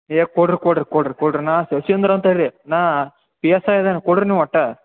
ಏಯ್ ಕೊಡ್ರಿ ಕೊಡ್ರಿ ಕೊಡ್ರಿ ಕೊಡ್ರಿ ನಾನು ಶಶೀಂದ್ರ ಅಂತೇಳಿ ನಾನು ಪಿ ಎಸ್ ಐ ಇದ್ದೇನ್ ಕೊಡಿರಿ ನೀವು ಒಟ್ಟು